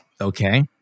Okay